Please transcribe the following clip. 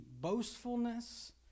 boastfulness